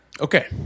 Okay